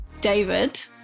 David